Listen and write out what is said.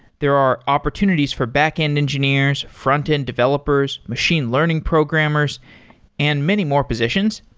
there are opportunities for backend engineers, frontend developers, machine learning programmers and many more positions.